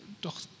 doch